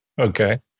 Okay